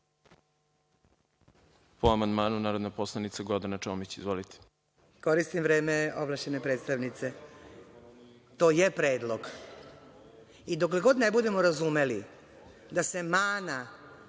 Po amandmanu narodna poslanica Gordana Čomić. **Gordana Čomić** Koristim vreme ovlašćene predstavnice. To je predlog. I dokle god ne budemo razumeli da se mana